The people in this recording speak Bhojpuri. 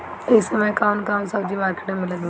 इह समय कउन कउन सब्जी मर्केट में मिलत बा?